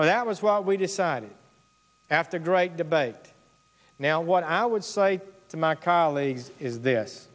and that was why we decided after great debate now what i would say to my colleagues is this